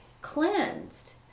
cleansed